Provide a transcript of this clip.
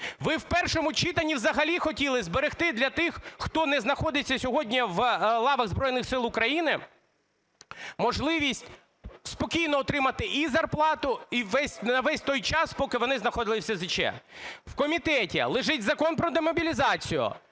Ви в першому читанні взагалі хотіли зберегти для тих, хто не знаходиться сьогодні в лавах Збройних Сил України, можливість спокійно отримувати і зарплату, і на весь той час, поки вони знаходились в СЗЧ. В комітеті лежить Закон про демобілізацію.